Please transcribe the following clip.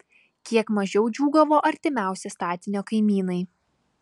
kiek mažiau džiūgavo artimiausi statinio kaimynai